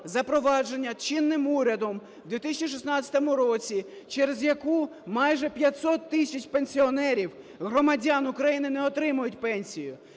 запроваджена чинним урядом в 2016 році, через яку майже 500 тисяч пенсіонерів, громадян України, не отримують пенсію.